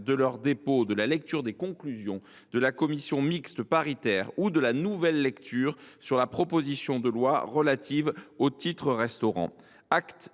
de leur dépôt, de la lecture des conclusions de la commission mixte paritaire ou de la nouvelle lecture sur la proposition de loi relative au titre restaurant.